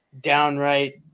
downright